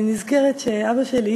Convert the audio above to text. אני נזכרת שאבא שלי,